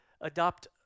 adopt